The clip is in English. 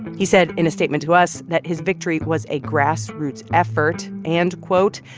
he said in a statement to us that his victory was a grassroots effort and, quote,